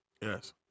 Yes